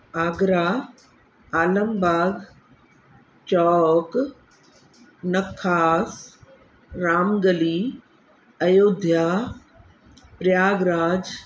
Agra Alambagh Chowk Nakhas Ramgali Ayodhya Prayagraj